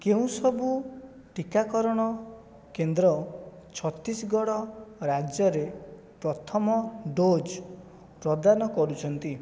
କେଉଁ ସବୁ ଟିକାକରଣ କେନ୍ଦ୍ର ଛତିଶଗଡ଼ ରାଜ୍ୟରେ ପ୍ରଥମ ଡୋଜ୍ ପ୍ରଦାନ କରୁଛନ୍ତି